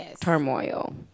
turmoil